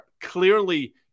Clearly